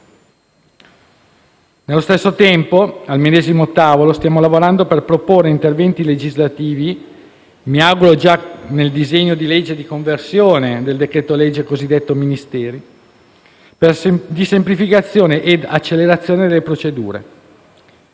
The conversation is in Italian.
Nello stesso tempo, al medesimo tavolo stiamo lavorando per proporre interventi legislativi (mi auguro già nel disegno di legge di conversione del decreto-legge così detto Ministeri) di semplificazione e accelerazione delle procedure.